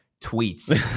tweets